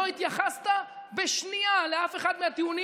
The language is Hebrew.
לא התייחסת בשנייה לאף אחד מהטיעונים